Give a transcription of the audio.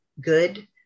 good